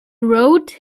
wrote